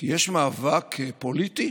כי יש מאבק פוליטי